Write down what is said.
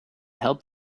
helped